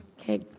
Okay